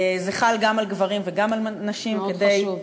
זה חל גם על גברים וגם על נשים, מאוד חשוב.